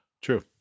True